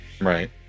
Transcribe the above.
Right